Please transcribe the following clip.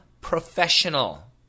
professional